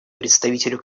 представителю